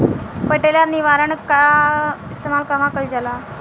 पटेला या निरावन का इस्तेमाल कहवा कइल जाला?